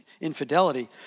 infidelity